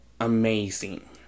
amazing